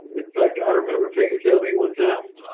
in fact i remember peggy telling me one